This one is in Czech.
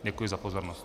Děkuji za pozornost.